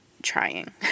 trying